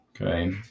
okay